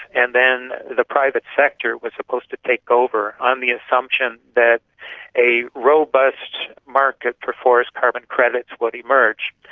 and then the private sector was supposed to take over on the assumption that a robust market for forest carbon credits would emerge.